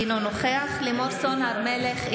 אינו נוכח לימור סון הר מלך,